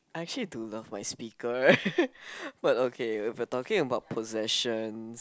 I actually do love my speaker but okay if we're talking about possessions